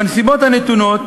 בנסיבות הנתונות,